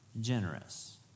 generous